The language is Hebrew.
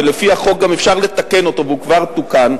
ולפי החוק גם אפשר לתקן אותו והוא כבר תוקן,